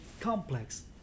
complex